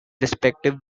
respective